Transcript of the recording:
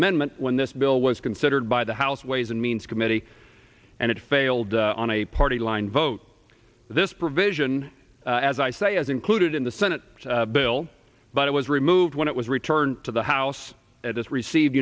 amendment when this bill was considered by the house ways and means committee and it failed on a party line vote this provision as i say is included in the senate bill but it was removed when it was returned to the house at this received